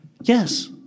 Yes